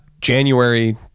January